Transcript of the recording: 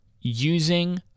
using